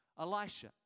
Elisha